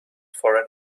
for